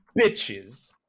bitches